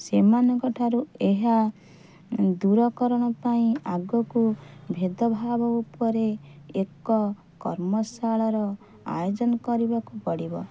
ସେମାନଙ୍କ ଠାରୁ ଏହା ଦୂରକରଣ ପାଇଁ ଆଗକୁ ଭେଦଭାବ ଉପରେ ଏକ କର୍ମଶାଳାର ଆୟୋଜନ କରିବାକୁ ପଡ଼ିବ